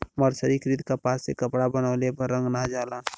मर्सरीकृत कपास से कपड़ा बनवले पर रंग ना जाला